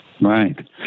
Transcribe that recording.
Right